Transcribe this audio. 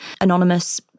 anonymous